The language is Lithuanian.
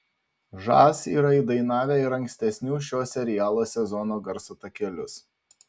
žas yra įdainavę ir ankstesnių šio serialo sezonų garso takelius